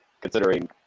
considering